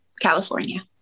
California